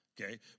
Okay